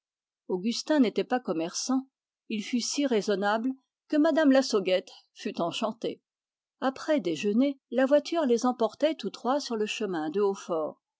augustin n'était pas commerçant il fut si raisonnable que mme lassauguette fut enchantée après déjeuner la voiture les emportait tous trois sur le chemin de hautfort